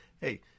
Hey